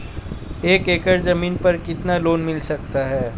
एक एकड़ जमीन पर कितना लोन मिल सकता है?